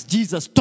Jesus